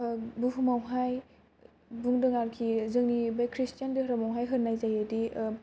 बुहुमावहाय बुंदों आरोखि जोंनि बे खृष्टियान धोरोमावहाय होननाय जायोदि